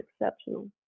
exceptional